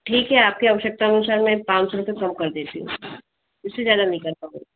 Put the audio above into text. ठीक है आपकी आवश्यकता अनुसार मैं पाँच सो रुपए कम कर देती हूँ इससे ज्यादा नहीं कर पाऊँगी